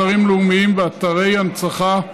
אתרים לאומיים ואתרי הנצחה,